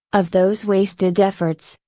of those wasted efforts,